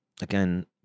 Again